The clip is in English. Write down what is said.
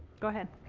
go ahead.